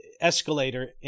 escalator